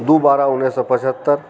दू बारह उन्नैस सए पचहत्तरि